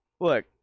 Look